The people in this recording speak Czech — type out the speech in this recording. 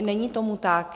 Není tomu tak.